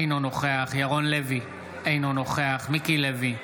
אינו נוכח ירון לוי, אינו נוכח מיקי לוי,